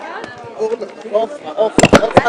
בשעה 10:45.